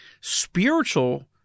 spiritual